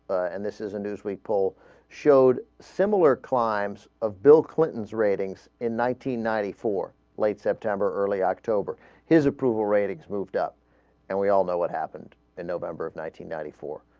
and this is a newsweek poll showed similar climbs of bill clinton's ratings in nineteen ninety-four late september early october his approval ratings moved up and we all know what happened and november of nineteen ninety four